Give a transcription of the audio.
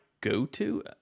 go-to